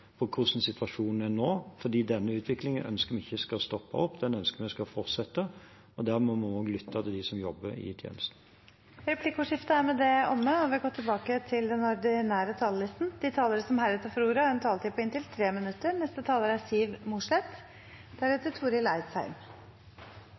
hvordan situasjonen er nå, for denne utviklingen ønsker vi ikke skal stoppe opp, vi ønsker at den skal fortsette. Dermed må vi også lytte til dem som jobber i tjenesten. Replikkordskiftet er dermed omme. De talere som heretter får ordet, har en taletid på inntil 3 minutter.